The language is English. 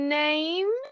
name